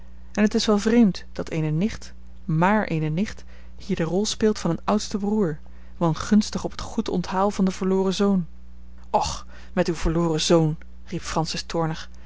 en het is wel vreemd dat eene nicht maar eene nicht hier de rol speelt van een oudsten broeder wangunstig op het goed onthaal van den verloren zoon och met uw verloren zoon riep francis toornig